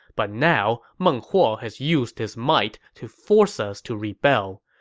but now, meng huo has used his might to force us to rebel.